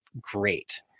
great